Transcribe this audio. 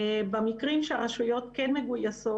במקרים שהרשויות כן מגויסות,